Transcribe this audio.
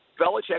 Belichick